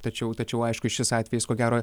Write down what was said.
tačiau tačiau aišku šis atvejis ko gero